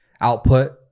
output